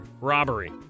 robbery